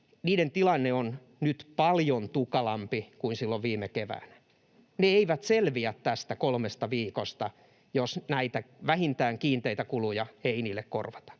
niiden tilanne on nyt paljon tukalampi kuin silloin viime keväänä. Ne eivät selviä tästä kolmesta viikosta, jos näitä, vähintään kiinteitä kuluja, ei niille korvata.